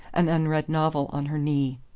an unread novel on her knee.